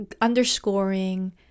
underscoring